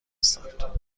هستند